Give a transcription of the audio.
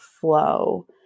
flow